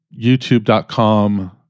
YouTube.com